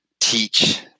teach